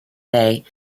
and